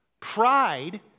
Pride